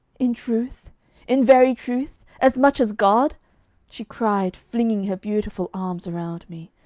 in truth in very truth as much as god she cried, flinging her beautiful arms around me.